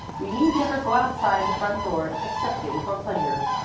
we need never go outside the front door excepting for pleasure.